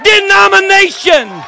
denomination